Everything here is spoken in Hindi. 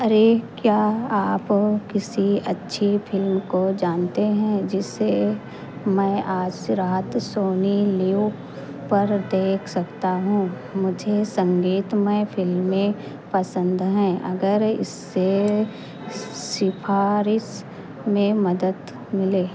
अरे क्या आप किसी अच्छी फिल्म को जानते हैं जिसे मैं आज रात सोनी लिव पर देख सकता हूँ मुझे संगीतमय फ़िल्में पसंद हैं अगर इससे सिफ़ारिश में मदद मिले